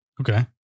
Okay